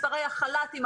מספרי החל"תים,